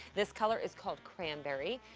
this color is called cranberry.